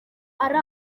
ari